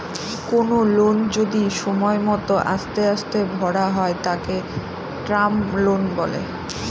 কোনো লোন যদি সময় মত আস্তে আস্তে ভরা হয় তাকে টার্ম লোন বলে